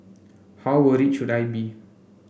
how worried should I be